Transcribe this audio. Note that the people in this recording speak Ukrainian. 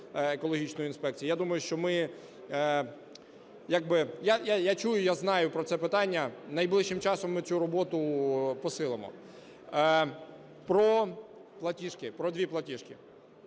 Я думаю, що ми як би... Я чую, я знаю про це питання, найближчим часом ми цю роботу посилимо. Про платіжки, про дві платіжки.